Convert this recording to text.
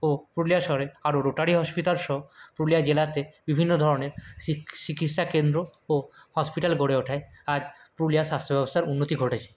ও পুরুলিয়া শহরে আরও rotary hospital সহ পুরুলিয়া জেলাতে বিভিন্ন ধরনের চিকিৎসা কেন্দ্র ও হসপিটাল গড়ে ওঠায় আজ পুরুলিয়া স্বাস্থ্য ব্যবস্থার উন্নতি ঘটেছে